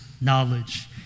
knowledge